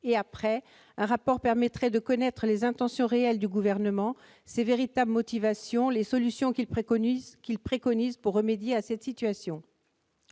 politique. Un rapport permettrait de connaître les intentions réelles du Gouvernement, ses véritables motivations, ainsi que les solutions qu'il préconise pour remédier à la situation.